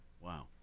Wow